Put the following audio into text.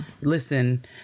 Listen